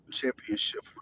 championship